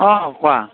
অঁ কোৱা